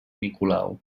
nicolau